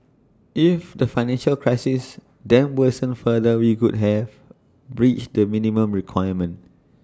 if the financial crisis then worsened further we could have breached the minimum requirement